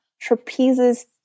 trapezes